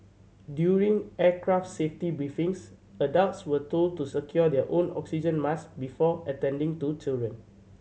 during aircraft safety briefings adults were told to secure their own oxygen mask before attending to children